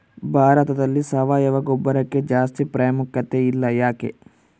ಭಾರತದಲ್ಲಿ ಸಾವಯವ ಗೊಬ್ಬರಕ್ಕೆ ಜಾಸ್ತಿ ಪ್ರಾಮುಖ್ಯತೆ ಇಲ್ಲ ಯಾಕೆ?